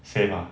same lah